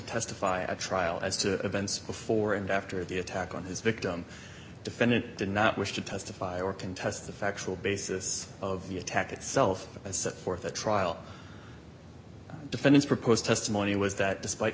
testify at trial as to events before and after the attack on his victim defendant did not wish to testify or contest the factual basis of the attack itself as set forth a trial defense proposed testimony was that d